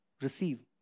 receive